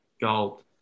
Gold